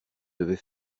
devez